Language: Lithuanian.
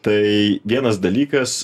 tai vienas dalykas